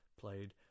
played